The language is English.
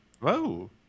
Whoa